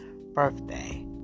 birthday